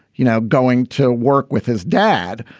you know, going to work with his dad.